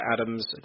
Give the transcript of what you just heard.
Adams